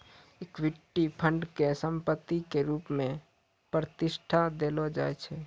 equity fund के संपत्ति के रुप मे प्रतिष्ठा देलो जाय छै